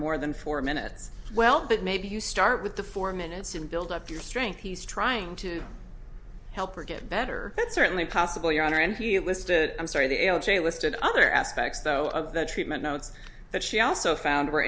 more than four minutes well but maybe you start with the four minutes and build up your strength he's trying to help her get better that's certainly possible your honor and he listed i'm sorry the l j listed other aspects though of the treatment notes that she also found wer